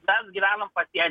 mes gyvenam pasieny